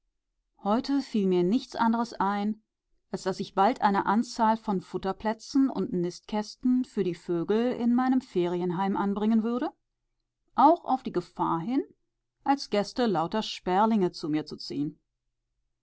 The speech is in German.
fiel mir nichts anderes ein als daß ich bald eine anzahl von futterplätzen und nistkästen für die vögel in meinem ferienheim anbringen würde auch auf die gefahr hin als gäste lauter sperlinge zu mir zu ziehen